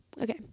Okay